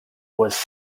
was